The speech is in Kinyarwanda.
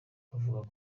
bavuga